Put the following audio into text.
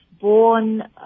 born